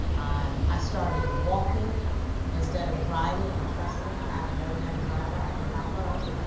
um i started walking instead of riding, and trust me, i have never met a driver i did not love,